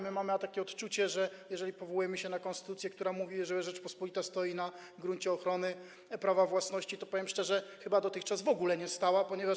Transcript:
Mamy takie odczucie, że powołujemy się na konstytucję, która mówi, że Rzeczpospolita stoi na gruncie ochrony prawa własności, a ona, powiem szczerze, chyba dotychczas w ogóle na nim nie stała.